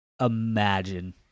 Imagine